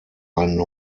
einen